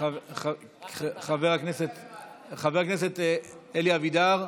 חבר הכנסת אלי אבידר,